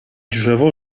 drzewo